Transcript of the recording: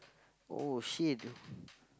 oh shit